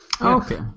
Okay